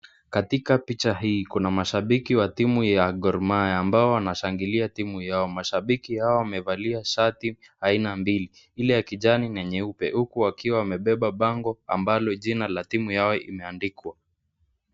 Katika picha hii, kuna mashabiki wa timu ya Gor mahia, ambao wanashangilia timu yao, mashambiki hao wamevalia sare mbili, ile ya kijani na nyeupe, huku wakiwa wamebeba bango, ambalo jina la timu yao limeandikwa.